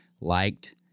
liked